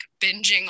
binging